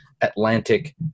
Atlantic